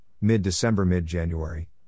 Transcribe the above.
mid-December-mid-January